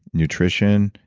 nutrition,